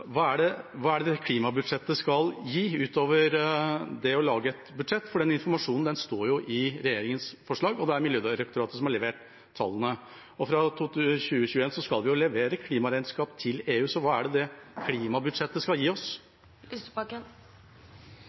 Hva er det klimabudsjettet skal gi, ut over det å lage et budsjett? Informasjonen står jo i regjeringas forslag, det er Miljødirektoratet som har levert tallene, og fra 2021 skal vi levere klimaregnskap til EU, så hva er det det klimabudsjettet skal gi oss?